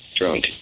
drunk